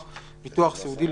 כפיצוי,